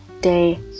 day